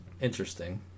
Interesting